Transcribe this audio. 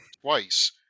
twice